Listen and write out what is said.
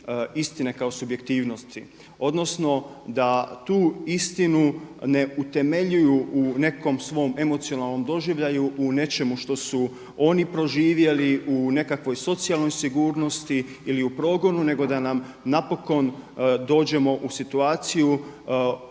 kao subjektivnosti. Odnosno da tu istinu ne utemeljuju u nekom svom emocionalnom doživljaju u nečemu što su oni proživjeli, u nekakvoj socijalnoj sigurnosti ili u progonu nego da napokon dođemo u situaciju